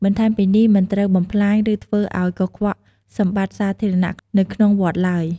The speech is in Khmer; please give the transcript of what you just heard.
បន្ថែមពីនេះមិនត្រូវបំផ្លាញ ឬធ្វើឲ្យកខ្វក់សម្បត្តិសាធារណៈនៅក្នុងវត្តឡើយ។